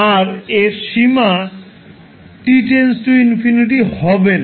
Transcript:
আর এর সীমা t🡪∞ হবে না